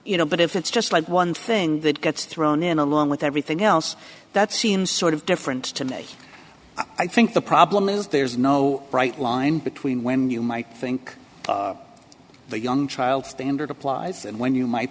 you know but if it's just like one thing that gets thrown in along with everything else that seems sort of different today i think the problem is there's no bright line between when you might think the young child standard applies and when you might